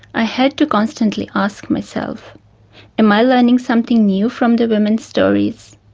i had to constantly ask myself am i learning something new from the women's stories?